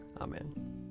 Amen